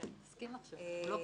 אדוני,